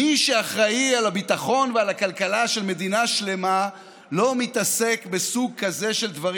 מי שאחראי לביטחון ולכלכלה של מדינה שלמה לא מתעסק בסוג כזה של דברים.